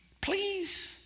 please